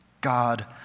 God